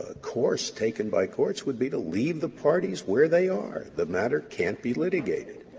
ah course taken by courts would be to leave the parties where they are. the matter can't be litigated.